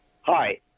Hi